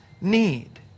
need